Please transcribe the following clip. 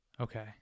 okay